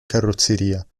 carrozzeria